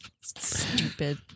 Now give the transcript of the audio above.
Stupid